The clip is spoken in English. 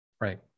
Right